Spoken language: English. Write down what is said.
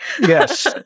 Yes